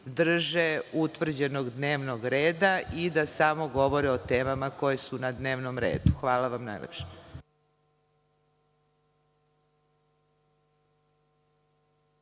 drže utvrđenog dnevnog reda i da samo govore o temama koje su na dnevnom redu. Hvala vam najlepše.(Marko